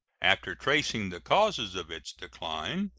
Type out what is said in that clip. after tracing the causes of its decline,